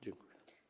Dziękuję.